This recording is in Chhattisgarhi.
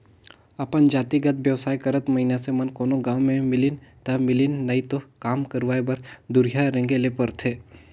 अपन जातिगत बेवसाय करत मइनसे मन कोनो गाँव में मिलिन ता मिलिन नई तो काम करवाय बर दुरिहां रेंगें ले परथे